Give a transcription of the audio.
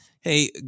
Hey